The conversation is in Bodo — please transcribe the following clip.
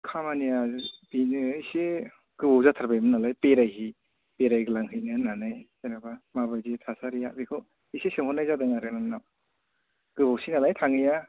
खामानिया बिनो एसे गोबाव जाथारबायमोन नालाय बेरायग्लांहैनो होननानै जेनेबा माबायदि थासारिया बेखौ एसे सोंहरनाय जादों आरो नोंनाव गोबावसै नालाय थाङैया